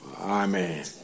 Amen